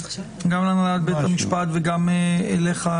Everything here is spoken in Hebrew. גם להנהלת בתי המשפט וגם אליך,